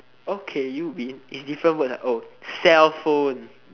okay you win it's different words ah oh cellphone